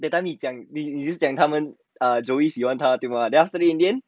that time 你讲你就讲他们 err joey 喜欢她对 mah then after in the end